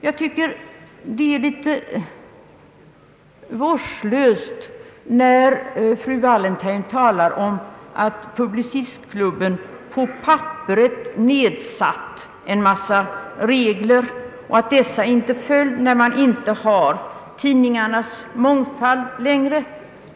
Jag tycker att det är litet vårdslöst, då fru Wallentheim talar om att Publicistklubben på papperet har satt en massa regler som inte följs när vi inte längre har tidningarnas mångfald.